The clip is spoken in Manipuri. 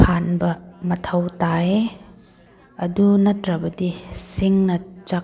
ꯍꯥꯟꯕ ꯃꯊꯧ ꯇꯥꯏꯌꯦ ꯑꯗꯨ ꯅꯠꯇ꯭ꯔꯕꯗꯤ ꯁꯤꯡꯅ ꯆꯥꯛ